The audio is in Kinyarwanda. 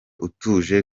utuje